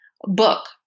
book